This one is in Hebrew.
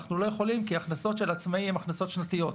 אנחנו לא יכולים כי הכנסות של עצמאי הן הכנסות שנתיות.